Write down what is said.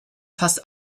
fast